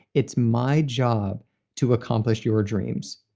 it's my job to accomplish your dreams.